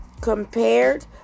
compared